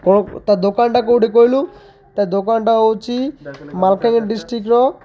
କ'ଣ ତା ଦୋକାନଟା କେଉଁଠି କହିଲୁ ତା ଦୋକାନଟା ହେଉଛି ମାଲକାଙ୍ଗି ଡ଼ିଷ୍ଟ୍ରିକଟର